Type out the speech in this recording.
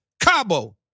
Cabo